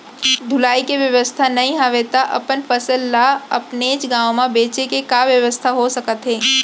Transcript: ढुलाई के बेवस्था नई हवय ता अपन फसल ला अपनेच गांव मा बेचे के का बेवस्था हो सकत हे?